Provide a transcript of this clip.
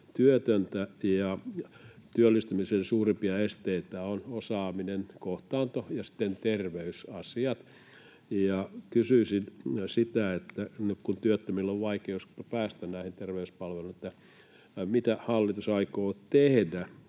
työtöntä, ja työllistymisen suurimpia esteitä ovat osaaminen, kohtaanto ja sitten terveysasiat, niin nyt kun työttömillä on vaikeuksia päästä näihin terveyspalveluihin, mitä hallitus aikoo tehdä